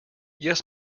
yes